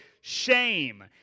shame